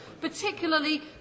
particularly